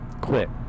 quit